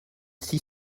six